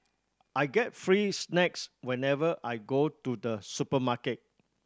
I get free snacks whenever I go to the supermarket